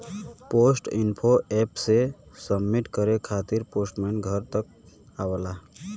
post info app से submit करे खातिर पोस्टमैन घर तक आवला